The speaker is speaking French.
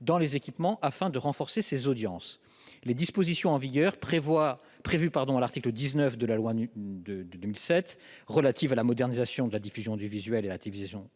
de la FM, afin de renforcer ses audiences. Les dispositions en vigueur, prévues à l'article 19 de la loi du 5 mars 2007 relative à la modernisation de la diffusion audiovisuelle et à la télévision